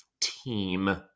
team